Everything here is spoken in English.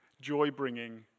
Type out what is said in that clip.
joy-bringing